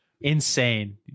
Insane